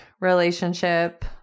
relationship